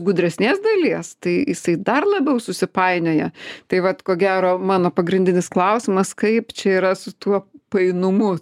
gudresnės dalies tai jisai dar labiau susipainioja tai vat ko gero mano pagrindinis klausimas kaip čia yra su tuo painumu